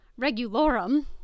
regulorum